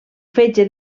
fetge